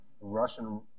Russian